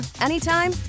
anytime